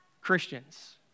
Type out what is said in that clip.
Christians